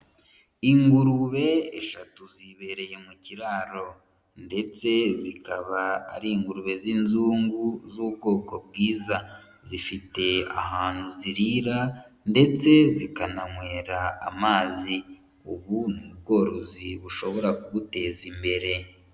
Ingurube eshatu zibereye mu kiraro ndetse zikaba ari ingurube z'inzungu z'ubwoko bwiza, zifite ahantu zirira ndetse zikananywera amazi, ubu ni ubworozi bushobora ku guteza imbere.